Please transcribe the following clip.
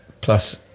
Plus